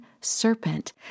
serpent